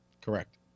Correct